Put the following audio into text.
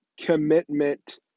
commitment